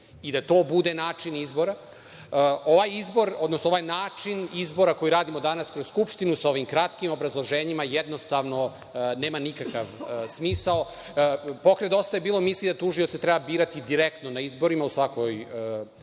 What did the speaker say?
i da to bude način izbora. Ovaj izbor, odnosno ovaj način izbora koji radimo danas kroz Skupštinu sa ovim kratkim obrazloženjima jednostavno nema nikakav smisao. Pokret Dosta je bilo misli da tužioce treba birati direktno na izborima u svakoj